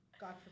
God